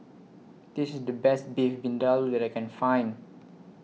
This IS The Best Beef Vindaloo that I Can Find